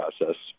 process